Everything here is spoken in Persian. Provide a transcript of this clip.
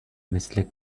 مثل